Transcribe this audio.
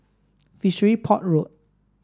Fishery Port Road